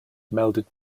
melded